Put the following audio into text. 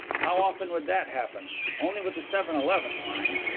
how often would that happen only with the seven-eleven, mind.